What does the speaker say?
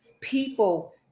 People